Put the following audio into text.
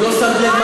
אם לא שמת לב,